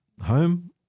home